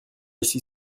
ici